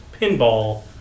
Pinball